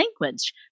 language